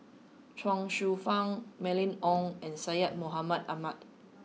Chuang Hsueh Fang Mylene Ong and Syed Mohamed Ahmed